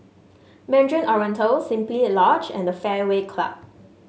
Mandarin Oriental Simply Lodge and the Fairway Club